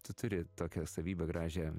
tu turi tokią savybę gražią